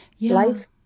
Life